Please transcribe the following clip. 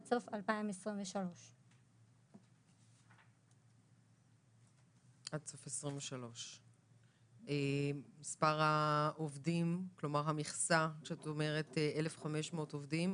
עד סוף שנת 2023. כשאת אומרת מכסה של 1,500 עובדים,